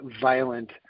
violent